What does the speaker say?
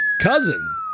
Cousin